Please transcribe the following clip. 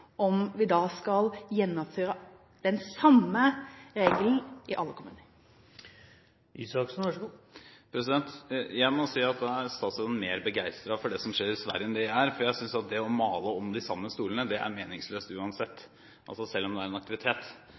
om vi da skal gjennomføre den samme regelen i alle kommuner. Jeg må si at da er statsråden mer begeistret for det som skjer i Sverige enn jeg er, for jeg synes at det å male om de samme stolene er meningsløst uansett, selv om det er en aktivitet.